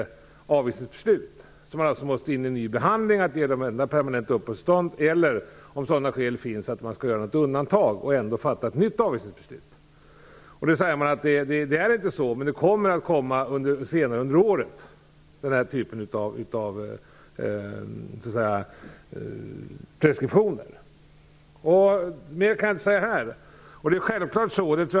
I de fallen skulle det alltså behövas en ny behandling, och man skulle antingen få ge dem permanent uppehållstillstånd eller, om sådana skäl finns, göra ett undantag och fatta ett nytt avvisningsbeslut. Myndigheternas svar är att det inte finns några fall av den här typen med preskription, men att det kommer senare under året. Mer kan jag inte säga.